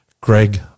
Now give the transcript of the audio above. Greg